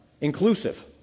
inclusive